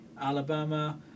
alabama